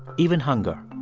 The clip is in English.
even hunger.